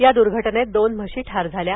या दुर्घटनेत दोन म्हशी ठार झाल्या आहेत